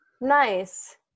Nice